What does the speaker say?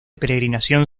peregrinación